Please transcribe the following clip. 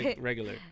regular